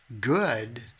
good